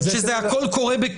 לא.